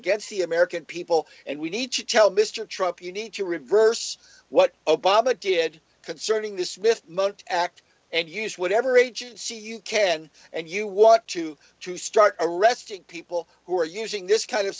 against the american people and we need to tell mr trump you need to reverse what obama did concerning this myth moat act and use whatever agency you can and you want to to start arresting people who are using this kind of